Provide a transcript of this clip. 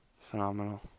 phenomenal